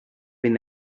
been